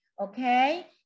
okay